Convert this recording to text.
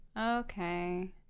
Okay